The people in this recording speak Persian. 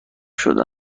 شده